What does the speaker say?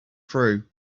through